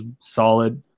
solid